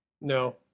no